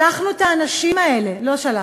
שלחנו את האנשים האלה, לא שלחנו,